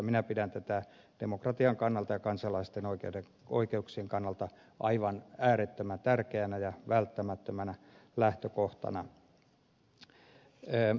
minä pidän tätä demokratian kannalta ja kansalaisten oikeuksien kannalta aivan äärettömän tärkeänä ja välttämättömänä lähtökohtana